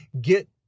Get